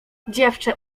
dziewczę